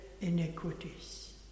iniquities